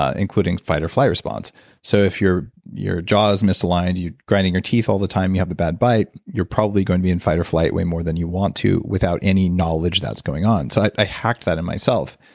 ah including fight or flight response so if your your jaws is misaligned, you're grinding your teach all the time, you have the bad bite, you're probably going to be in fight or flight way more than you want to without any knowledge that's going on. so i hacked that in myself.